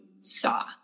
saw